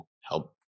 help